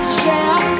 share